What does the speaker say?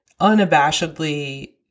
unabashedly